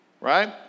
right